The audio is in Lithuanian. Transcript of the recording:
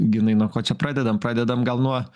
ginai nuo ko čia pradedam pradedam gal nuo